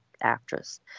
actress